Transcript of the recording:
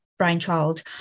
brainchild